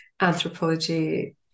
anthropology